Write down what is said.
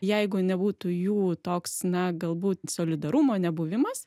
jeigu nebūtų jų toks na galbūt solidarumo nebuvimas